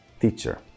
teacher